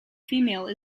female